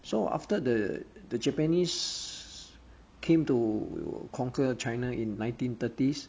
so after the the japanese came to conquer china in nineteen thirties